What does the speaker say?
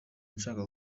nshaka